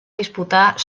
disputar